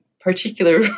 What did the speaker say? particular